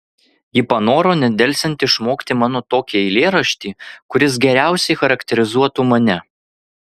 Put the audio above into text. ji panoro nedelsiant išmokti mano tokį eilėraštį kuris geriausiai charakterizuotų mane